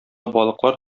балыклар